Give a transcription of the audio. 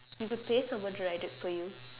you could someone to write it for you